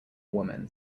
woman